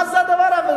מה זה הדבר הזה?